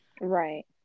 Right